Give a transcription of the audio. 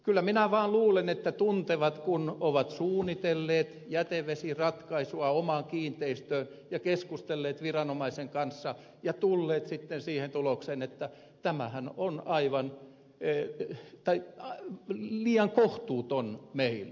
kyllä minä vaan luulen että tuntevat kun ovat suunnitelleet jätevesiratkaisua omaan kiinteistöön ja keskustelleet viranomaisen kanssa ja tulleet sitten siihen tulokseen että tämähän on liian kohtuuton meille